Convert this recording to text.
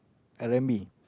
r-and-b